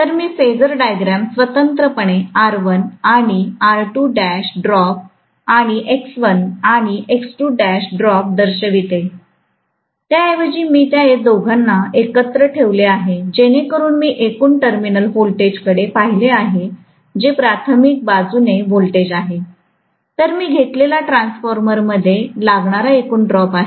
तर मी phasor diagram स्वतंत्रपणे R1 आणि ड्रॉप आणि X1 आणि ड्रॉप दर्शवितो त्या ऐवजी मी त्या दोघांना एकत्र ठेवले आहे जेणे करून मी एकूण टर्मिनल व्होल्टेज कडे पाहिले आहे जे प्राथमिक बाजूने व्होल्टेज आहे तर मी घेतलेला ट्रान्सफॉर्मर मध्ये लागणारा एकूण ड्रॉप आहे